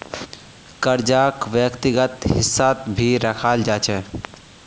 कर्जाक व्यक्तिगत हिस्सात भी रखाल जा छे